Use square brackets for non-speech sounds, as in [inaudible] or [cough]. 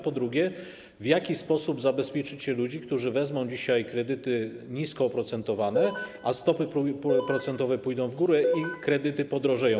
Po drugie, w jaki sposób zabezpieczycie ludzi, którzy wezmą dzisiaj kredyty nisko oprocentowane, [noise] a stopy procentowe pójdą w górę i kredyty podrożeją?